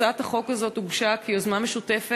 הצעת החוק הזאת הוגשה כיוזמה משותפת